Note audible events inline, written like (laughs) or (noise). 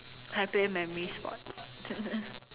I play memory sport (laughs)